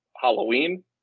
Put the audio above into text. Halloween